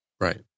Right